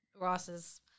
Ross's